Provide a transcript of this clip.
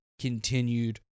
continued